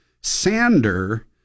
sander